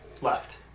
Left